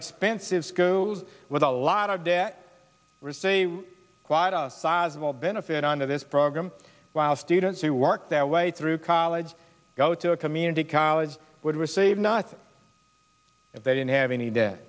expensive screw with a lot of debt receive quite a sizable benefit under this program while students who work their way through college go to a community college would receive not if they didn't have any d